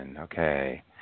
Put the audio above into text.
Okay